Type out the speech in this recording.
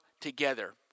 together